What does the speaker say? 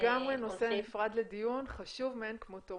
זה לגמרי נושא נפרד לדיון חשוב מאין כמותו.